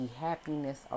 happiness